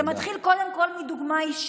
זה מתחיל קודם כול מדוגמה אישית,